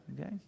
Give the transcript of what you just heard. Okay